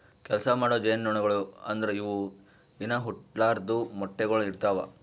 ಕೆಲಸ ಮಾಡೋ ಜೇನುನೊಣಗೊಳು ಅಂದುರ್ ಇವು ಇನಾ ಹುಟ್ಲಾರ್ದು ಮೊಟ್ಟೆಗೊಳ್ ಇಡ್ತಾವ್